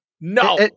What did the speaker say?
no